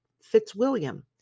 Fitzwilliam